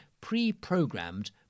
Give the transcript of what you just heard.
pre-programmed